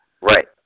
Right